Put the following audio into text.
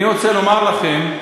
אני רוצה לומר לכם,